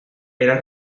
era